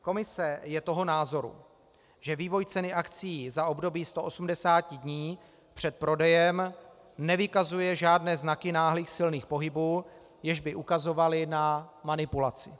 Komise je toho názoru, že vývoj ceny akcií za období 180 dní před prodejem nevykazuje žádné znaky náhlých silných pohybů, jež by ukazovaly na manipulaci.